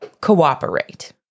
cooperate